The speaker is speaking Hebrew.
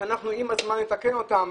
עם הזמן נתקן אותן,